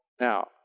Now